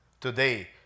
today